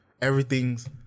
everything's